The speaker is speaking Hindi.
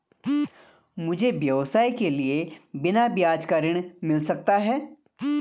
मुझे व्यवसाय के लिए बिना ब्याज का ऋण मिल सकता है?